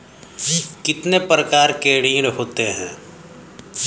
कितने प्रकार के ऋण होते हैं?